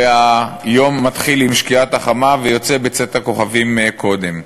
והיום מתחיל עם שקיעת החמה ויוצא עם צאת הכוכבים קודם.